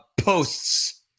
posts